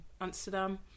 Amsterdam